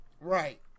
Right